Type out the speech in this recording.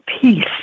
peace